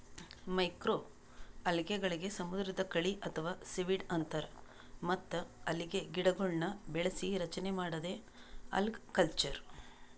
ಮೈಕ್ರೋಅಲ್ಗೆಗಳಿಗ್ ಸಮುದ್ರದ್ ಕಳಿ ಅಥವಾ ಸೀವೀಡ್ ಅಂತಾರ್ ಮತ್ತ್ ಅಲ್ಗೆಗಿಡಗೊಳ್ನ್ ಬೆಳಸಿ ರಚನೆ ಮಾಡದೇ ಅಲ್ಗಕಲ್ಚರ್